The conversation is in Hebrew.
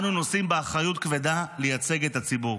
אנו נושאים באחריות כבדה לייצג את הציבור,